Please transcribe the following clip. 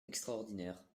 extraordinaire